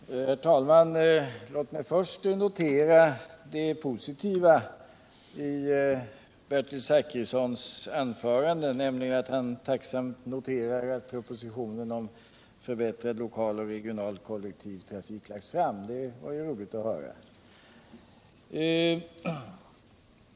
Herr talman! Låt mig först konstatera det positiva i Bertil Zachrissons anförande, nämligen att han tacksamt har noterat att propositionen om förbättrad lokal och regional kollektiv trafik läggs fram. Det var roligt att höra.